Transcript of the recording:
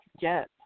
Yes